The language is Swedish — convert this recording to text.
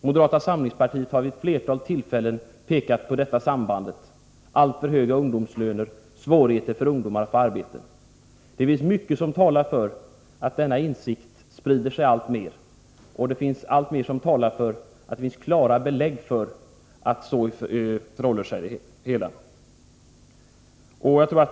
Moderata samlingspartiet har vid ett flertal tillfällen pekat på sambandet mellan alltför höga ungdomslöner och svårigheter för ungdomar att få arbete. Denna insikt sprider sig alltmer. Det finns klara belägg för att det förhåller sig så.